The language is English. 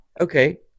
Okay